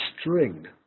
string